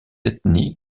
ethnies